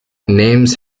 names